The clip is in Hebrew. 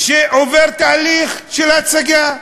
שעובר תהליך של הצגה.